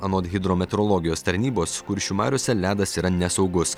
anot hidrometeorologijos tarnybos kuršių mariose ledas yra nesaugus